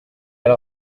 elle